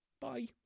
bye